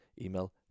email